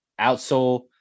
outsole